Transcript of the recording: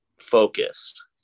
focused